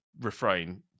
refrain